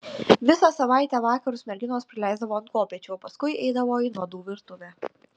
visą savaitę vakarus merginos praleisdavo ant kopėčių o paskui eidavo į nuodų virtuvę